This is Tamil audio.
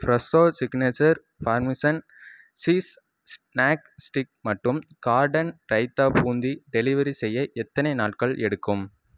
Fresho signature parmesan cheese snack sticks மற்றும் கார்டன் ரய்த்தா பூந்தி டெலிவரி செய்ய எத்தனை நாட்கள் எடுக்கும்